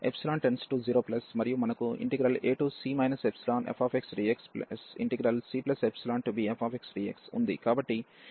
మరియు మనకు ac ϵfxdxcϵbfxdx ఉంది